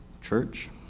church